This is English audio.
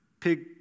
pig